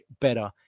better